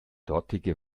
dortige